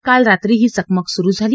काल रात्री ही चकमक सुरु झाली